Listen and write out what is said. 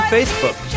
Facebook